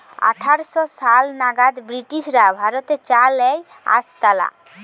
আঠার শ সাল নাগাদ ব্রিটিশরা ভারতে চা লেই আসতালা